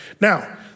Now